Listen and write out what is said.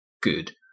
good